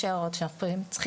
יש הערות שאנחנו רוצים להעיר.